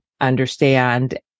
understand